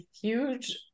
huge